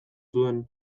zuen